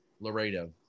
Laredo